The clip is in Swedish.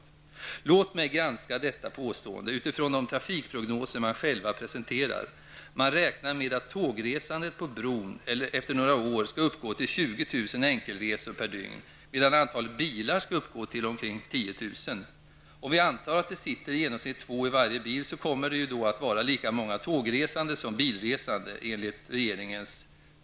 Låt mig granska detta påstående utifrån de trafikprognoser som regeringen själv presenterar. Man räknar med att tågresandet på bron efter några år skall uppgå till 20 000 enkelresor per dygn medan antalet bilar skall uppgå till omkring 10 000. Om vi antar att det sitter i genomsnitt två personer i varje bil, kommer det enligt regeringens proposition att vara lika många tågresande som bilresande.